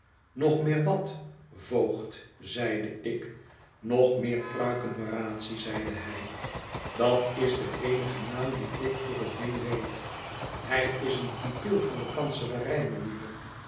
nog meer wat voogd zeide ik nog meer pruikenmeratie zeide hij dat is de eenige naam dien ik voor het ding weet hij is een pupil van de kanselarij melieve